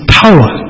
power